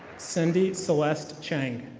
cindy celeste cheng.